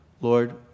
Lord